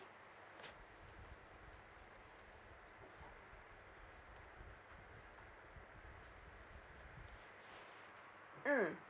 mm